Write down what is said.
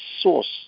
source